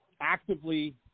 actively